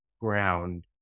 ground